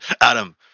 Adam